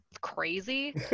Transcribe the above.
crazy